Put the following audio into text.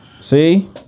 See